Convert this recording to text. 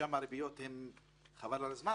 ששם הריביות הן רצחניות חבל על הזמן